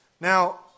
Now